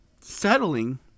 Settling